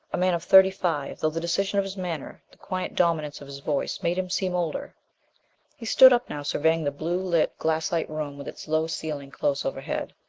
a man of thirty-five, though the decision of his manner, the quiet dominance of his voice made him seem older he stood up now, surveying the blue lit glassite room with its low ceiling close overhead.